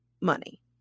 money